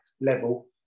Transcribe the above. level